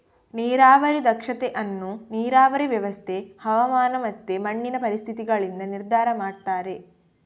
ನೀರಾವರಿ ದಕ್ಷತೆ ಅನ್ನು ನೀರಾವರಿ ವ್ಯವಸ್ಥೆ, ಹವಾಮಾನ ಮತ್ತೆ ಮಣ್ಣಿನ ಪರಿಸ್ಥಿತಿಗಳಿಂದ ನಿರ್ಧಾರ ಮಾಡ್ತಾರೆ